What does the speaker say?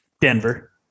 Denver